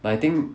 but I think